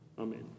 Amen